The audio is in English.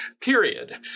period